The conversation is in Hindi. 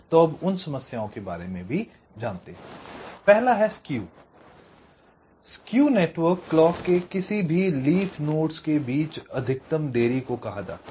तो अब उन समस्यायों के बारे में जानते हैं I पहला है स्केव स्केव नेटवर्क क्लॉक के किसी भी लीफ नोड्स के बीच अधिकतम देरी को कहा जाता है